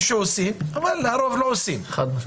שעושים את זה אבל הרוב לא עושים את זה.